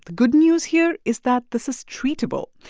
good news here is that this is treatable.